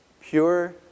Pure